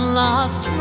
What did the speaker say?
lost